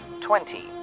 twenty